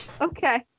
Okay